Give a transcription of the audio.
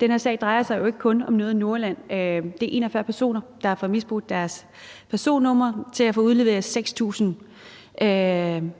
Den her sag drejer sig jo ikke kun om noget i Nordjylland, men det er 41 personer, der har fået misbrugt deres personnumre til at få udleveret 6.000